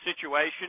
situation